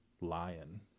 lion